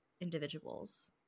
individuals